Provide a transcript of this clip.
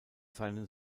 seinen